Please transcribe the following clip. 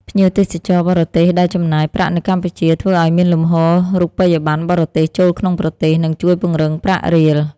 ភ្ញៀវទេសចរបរទេសដែលចំណាយប្រាក់នៅកម្ពុជា ធ្វើឱ្យមានលំហូររូបិយប័ណ្ណបរទេសចូលក្នុងប្រទេស និងជួយពង្រឹងប្រាក់រៀល។